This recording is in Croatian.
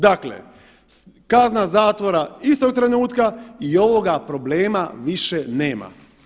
Dakle, kazna zatvora istog trenutka i ovoga problema više nema.